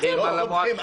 לא סומכים על המועצות.